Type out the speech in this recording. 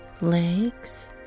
legs